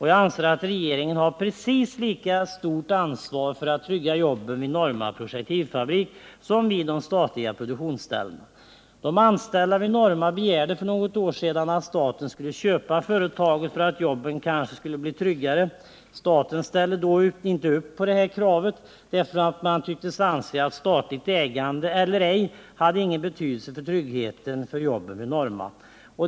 Jag anser att regeringen har precis lika stort ansvar att trygga jobben vid Norma Projektilfabrik som vid de statliga produktionsställena. De anställda vid Norma begärde för några år sedan att staten skulle köpa företaget, därför att jobben då kanske skulle kunna bli tryggare. Staten ställde inte upp, eftersom man inte tycktes anse att statligt ägande hade någon betydelse för tryggheten när det gällde jobben vid Norma.